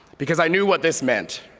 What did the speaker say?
because i knew what this meant.